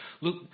look